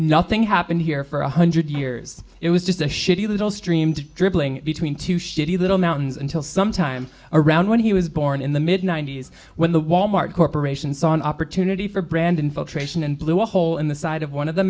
nothing happened here for one hundred years it was just a shitty little streambed dribbling between two shitty little mountains until sometime around when he was born in the mid nineties when the walmart corporation saw an opportunity for brand infiltration and blew a hole in the side of one of the